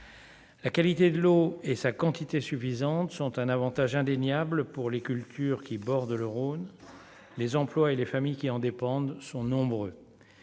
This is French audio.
La qualité de l'eau et sa quantité suffisante sont un Avantage indéniable pour les cultures qui Borde le Rhône, les employes et les familles qui en dépendent, sont nombreux,